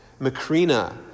Macrina